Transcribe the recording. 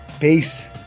Peace